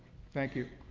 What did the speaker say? thank you.